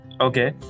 Okay